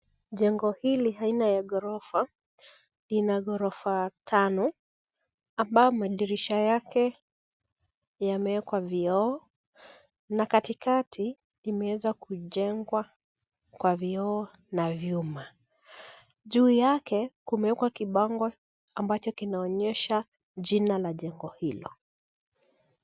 Jengo hili aina ya ghorofa lina ghorofa tano ambao madirisha yake yamewekwa vioo na kati kati imeweza kujengwa kwa vioo na vyuma .Juu yake kumewekwa kibango ambacho kinaonyesha jina la jengo hilo.